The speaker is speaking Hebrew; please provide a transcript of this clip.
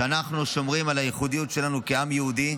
שאנחנו שומרים על הייחודיות שלנו כעם יהודי